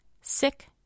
Sick